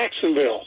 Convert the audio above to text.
Jacksonville